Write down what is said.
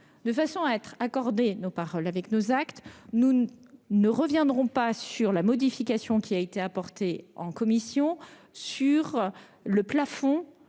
de façon à mettre en accord nos paroles et nos actes, nous ne reviendrons pas sur la modification apportée en commission au plafond